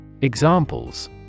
Examples